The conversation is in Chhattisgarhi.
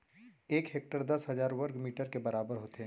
एक हेक्टर दस हजार वर्ग मीटर के बराबर होथे